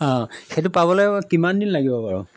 অঁ সেইটো পাবলৈ কিমান দিন লাগিব বাৰু